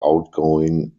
outgoing